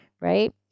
right